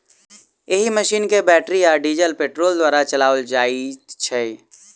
एहि मशीन के बैटरी आ डीजल पेट्रोल द्वारा चलाओल जाइत छै